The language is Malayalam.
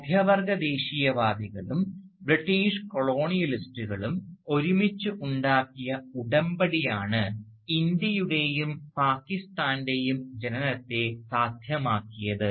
മധ്യവർഗ ദേശീയവാദികളും ബ്രിട്ടീഷ് കൊളോണിയലിസ്റ്റുകളും ഒരുമിച്ച് ഉണ്ടാക്കിയ ഉടമ്പടിയാണ് ഇന്ത്യയുടെയും പാകിസ്ഥാൻറെയും ജനനത്തെ സാധ്യമാക്കിയത്